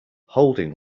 holding